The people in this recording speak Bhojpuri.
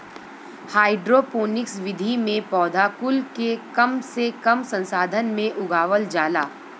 हाइड्रोपोनिक्स विधि में पौधा कुल के कम से कम संसाधन में उगावल जाला